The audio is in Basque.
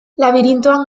labirintoan